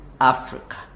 Africa